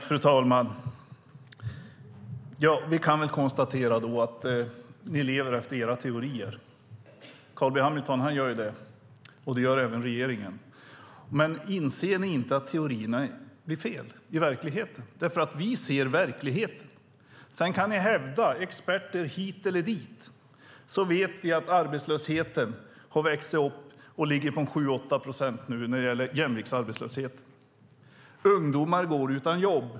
Fru talman! Vi kan konstatera att ni lever efter era teorier. Det gör Carl B Hamilton och regeringen. Inser ni inte att teorierna blir fel i verkligheten? Vi ser verkligheten. Ni kan hänvisa till experter hit eller dit. Vi vet att jämviktsarbetslösheten har vuxit och ligger på 7-8 procent. Ungdomar går utan jobb.